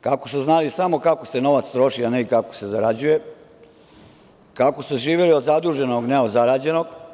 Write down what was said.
kako su znali kako se samo novac troši, a ne kako se zarađuje, kako se živelo od zaduženog, a ne od zarađenog.